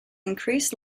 increased